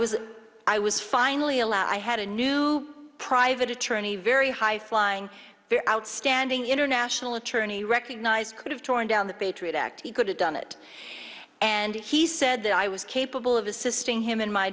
was i was finally allowed i had a new private attorney very high flying very outstanding international attorney recognized could have torn down the patriot act he could have done it and he said that i was capable of assisting him in my